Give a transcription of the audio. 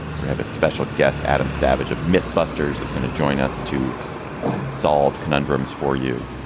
we have a special guest, adam savage of mythbusters is going to join us to solve conundrums for you.